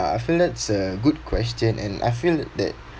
I feel that's a good question and I feel that